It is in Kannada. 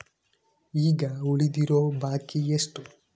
ಈಗ ಉಳಿದಿರೋ ಬಾಕಿ ಎಷ್ಟು?